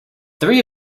three